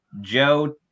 Joe